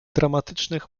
dramatycznych